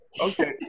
Okay